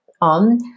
on